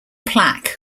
plaque